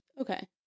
Okay